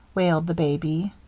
wailed the baby.